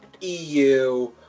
EU